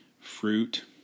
Fruit